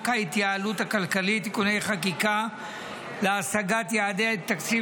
ההתייעלות הכלכלית (תיקוני חקיקה להשגת יעדי התקציב